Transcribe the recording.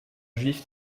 juif